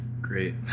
Great